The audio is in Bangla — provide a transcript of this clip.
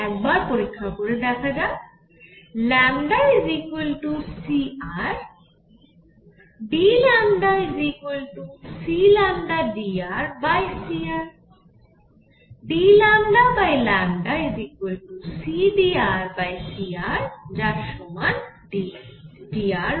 একবার পরীক্ষা করে দেখা যাক cr dλcλdrcr dλcdrcrযার সমান drr